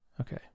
Okay